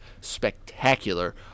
spectacular